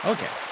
Okay